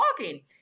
walking